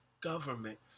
government